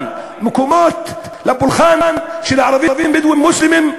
מקומות לפולחן של הערבים-בדואים-מוסלמים,